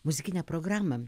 muzikinę programą